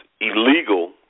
illegal